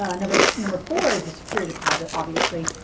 number number four is the security deposit, obviously.